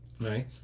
Right